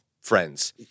friends